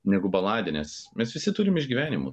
negu baladę nes mes visi turime išgyvenimų